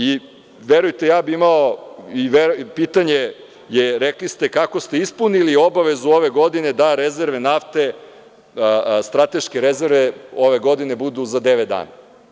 Imao bih i pitanje, rekli ste kako ste ispunili obavezu ove godine da rezerve nafte, strateške rezerve ove godine budu za devet dana.